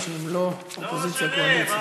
ההצעה להעביר את הנושא לוועדה